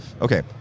Okay